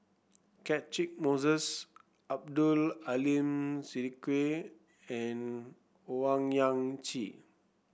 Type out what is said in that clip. Catchick Moses Abdul Aleem Siddique and Owyang Chi